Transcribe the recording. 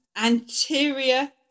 anterior-